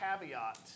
caveat